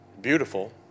beautiful